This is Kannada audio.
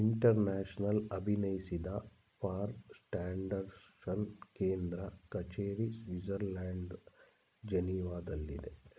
ಇಂಟರ್ನ್ಯಾಷನಲ್ ಅಭಿನಯಿಸಿದ ಫಾರ್ ಸ್ಟ್ಯಾಂಡರ್ಡ್ಜೆಶನ್ ಕೇಂದ್ರ ಕಚೇರಿ ಸ್ವಿಡ್ಜರ್ಲ್ಯಾಂಡ್ ಜಿನೀವಾದಲ್ಲಿದೆ